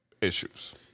issues